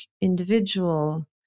individual